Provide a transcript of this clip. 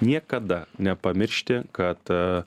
niekada nepamiršti kad